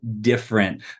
different